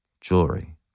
jewelry